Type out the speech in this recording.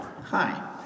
Hi